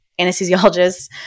anesthesiologists